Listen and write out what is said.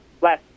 last